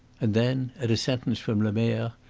and then, at a sentence from lemerre,